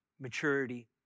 maturity